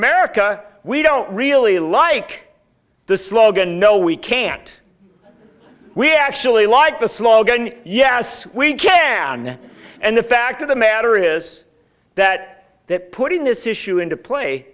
america we don't really like the slogan no we can't we actually like the slogan yes we can and the fact of the matter is that that putting this issue into play